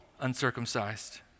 uncircumcised